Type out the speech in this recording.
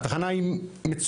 התחנה היא מצוינת,